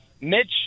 Mitch